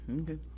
Okay